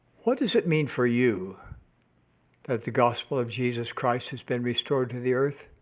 what does it mean for you that the gospel of jesus christ has been restored to the earth?